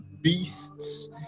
beasts